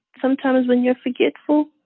sometimes, when you're forgetful?